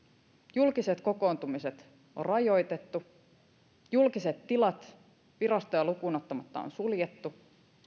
julkisia kokoontumisia on rajoitettu julkiset tilat virastoja lukuun ottamatta on suljettu